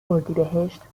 اردیبهشت